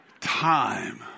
time